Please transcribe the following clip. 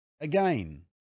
again